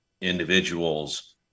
individual's